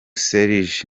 serge